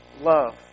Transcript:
love